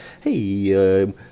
Hey